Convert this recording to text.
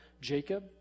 Jacob